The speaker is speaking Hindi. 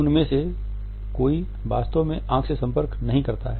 उनमें से कोई वास्तव में आँख से संपर्क नहीं करता है